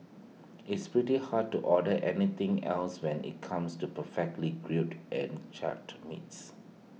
it's pretty hard to order anything else when IT comes to perfectly grilled and charred meats